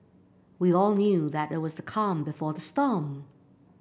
we all knew that it was the calm before the storm